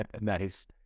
Nice